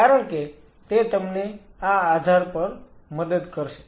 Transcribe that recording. કારણ કે તે તમને આ આધાર પર મદદ કરશે